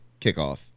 kickoff